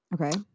Okay